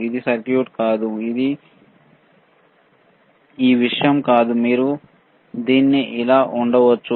ఇది సర్క్యూట్ కాదు ఇది ఈ విషయం కాదు మీరు దీన్ని ఇలా ఉంచవచ్చు